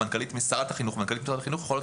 מנכ"לית משרד החינוך או שרת החינוך יכולות